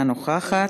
אינה נוכחת,